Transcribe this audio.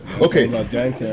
Okay